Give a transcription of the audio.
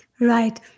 Right